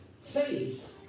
faith